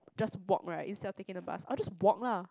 just walk right instead of taking the bus I'll just walk lah